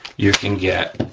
you can get